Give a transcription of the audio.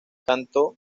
cantó